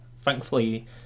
thankfully